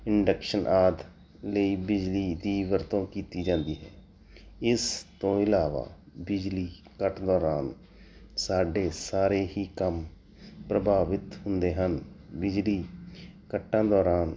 induction ਆਦਿ ਲਈ ਬਿਜਲੀ ਦੀ ਵਰਤੋਂ ਕੀਤੀ ਜਾਂਦੀ ਹੈ ਇਸ ਤੋਂ ਇਲਾਵਾ ਬਿਜਲੀ ਕੱਟ ਦੌਰਾਨ ਸਾਡੇ ਸਾਰੇ ਹੀ ਕੰਮ ਪ੍ਰਭਾਵਿਤ ਹੁੰਦੇ ਹਨ ਬਿਜਲੀ ਕੱਟਾਂ ਦੌਰਾਨ